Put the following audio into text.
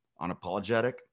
unapologetic